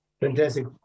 Fantastic